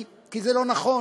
כי זה לא נכון.